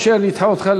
או שאני אדחה אותך,